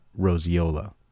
roseola